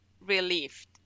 relieved